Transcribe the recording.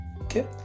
Okay